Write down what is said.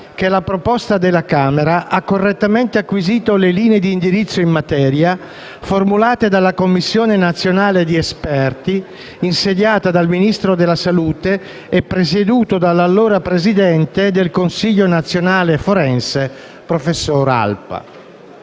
che la proposta della Camera ha correttamente acquisito le linee di indirizzo in materia formulate dalla commissione nazionale di esperti insediata dal Ministro della salute e presieduta dall'allora presidente del consiglio nazionale forense, professor Alpa.